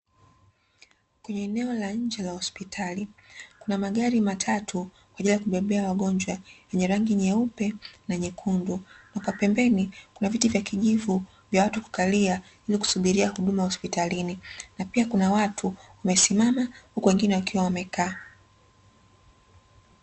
Kwenye eneo la nje la hosipitali kuna magari matatu kwaajili ya kubebea wagonjwa, yenye rangi nyeupe na nyekundu na kwa pembeni kuna viti vyekundu vya watu kukalia ili kusubiria huduma hosipitalini, na pia kuna watu wamesimama huku wengine wakiwa wamekaa.